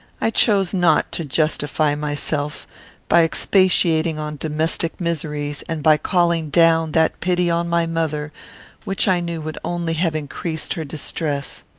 i chose not to justify myself by expatiating on domestic miseries, and by calling down that pity on my mother which i knew would only have increased her distress.